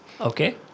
Okay